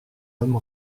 homme